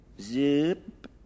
Zip